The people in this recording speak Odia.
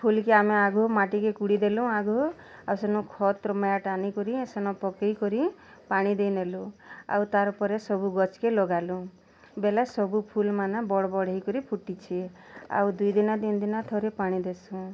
ଫୁଲ୍କେ ଆମେ ଆଗ୍ରୁ ମାଟିକୁ କୁଡ଼ି ଦେଲୁ ଆଗ ଆଉ ସେନୁ ଖତ୍ରମାଏଟ୍ ଆନିକରି ଆଉ ସେନ ପକେଇକରି ପାଣି ଦେଇନେଲୁ ଆଉ ତାରପରେ ସବୁ ଗଛ୍କେ ଲଗାଲୁ ବେଲେ ସବୁ ଫୁଲ୍ମାନେ ବଡ଼୍ ବଡ଼୍ ହେଇକରି ଫୁଟିଛି ଆଉ ଦୁଇ ଦିନ ତିନି ଦିନ ଥରେ ପାଣି ଦେସୁଁ